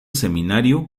seminario